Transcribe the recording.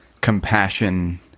compassion